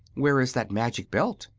where is that magic belt?